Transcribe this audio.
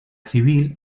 civil